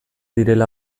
direla